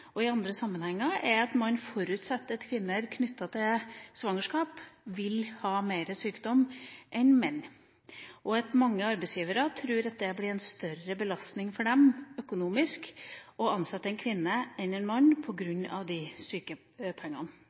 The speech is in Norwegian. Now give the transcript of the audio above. og i andre sammenhenger, er at man forutsetter at kvinner vil ha mer sykdom knyttet til svangerskap enn menn, og at mange arbeidsgivere tror at det blir en større økonomisk belastning for dem å ansette en kvinne enn en mann,